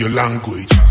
language